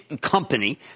company